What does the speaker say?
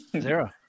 Zero